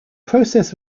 process